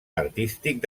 artístic